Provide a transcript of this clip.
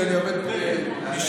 שאני עומד פה בשמו,